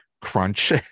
crunch